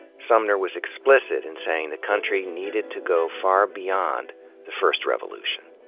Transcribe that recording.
sumner was explicit in saying the country needed to go far beyond the first revolution.